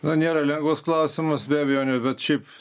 na nėra lengvas klausimas be abejonių bet šiaip